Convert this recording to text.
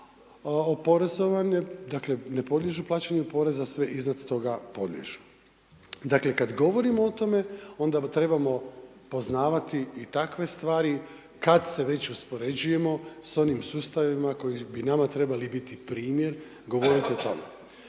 oporezovane, dakle ne podliježu plaćanju poreza, sve iznad toga podliježu. Dakle kad govorimo o tome onda trebamo poznavati i takve stvari kad se već uspoređujemo s onim sustavima koji bi nama trebali biti primjer govoriti o tome.